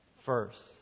first